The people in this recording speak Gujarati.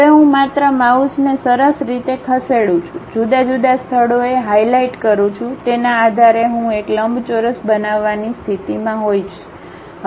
હવે હું માત્ર માઉસને સરસ રીતે ખસેડું છું જુદા જુદા સ્થળોએ હાઈલાઈટ કરું છું તેના આધારે હું એક લંબચોરસ બનાવવાની સ્થિતિમાં હોઈશ